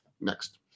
Next